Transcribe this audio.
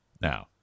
Now